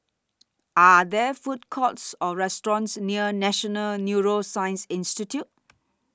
Are There Food Courts Or restaurants near National Neuroscience Institute